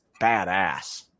badass